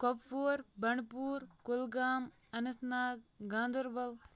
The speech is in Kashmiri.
کۄپوور بَنڈٕپوٗر کُلگام اننت ناگ گاندَربَل